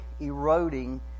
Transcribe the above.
eroding